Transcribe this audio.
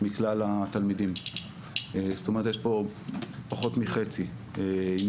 מכלל התלמידים, זאת אומרת יש פה פחות מחצי ביחס.